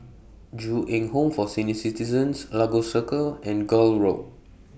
Ju Eng Home For Senior Citizens Lagos Circle and Gul Road